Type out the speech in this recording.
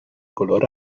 color